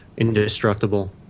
indestructible